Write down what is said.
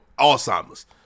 Alzheimer's